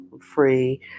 free